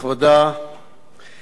אדוני השר,